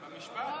במשפט.